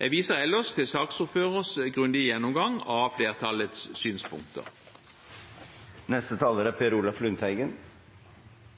Jeg viser ellers til saksordførerens grundige gjennomgang av flertallets synspunkter.